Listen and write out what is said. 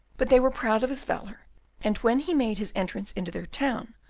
but they were proud of his valour and when he made his entrance into their town,